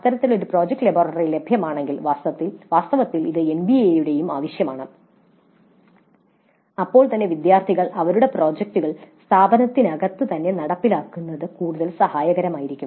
അത്തരമൊരു project laboratory ലഭ്യമാണെങ്കിൽ വാസ്തവത്തിൽ ഇത് എൻബിഎക്കും ആവശ്യമാണ് അപ്പോൾ വിദ്യാർത്ഥികൾ അവരുടെ പ്രോജക്റ്റുകൾ സ്ഥാപനത്തിനകത്ത് തന്നെ നടപ്പിലാക്കുന്നത് കൂടുതൽ സഹായകരമാകും